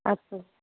ਅੱਛਾ